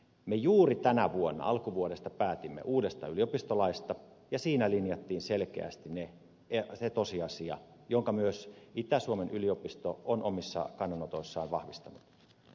me juuri tänä vuonna alkuvuodesta päätimme uudesta yliopistolaista ja siinä linjattiin selkeästi se tosiasia jonka myös itä suomen yliopisto on omissa kannanotoissaan vahvistanut